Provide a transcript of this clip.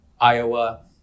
Iowa